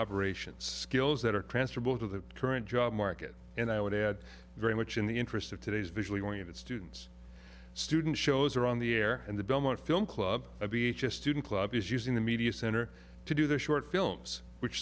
operations skills that are transferable to the current job market and i would add very much in the interest of today's visually oriented students student shows are on the air and the belmont film club a beach a student club is using the media center to do their short films which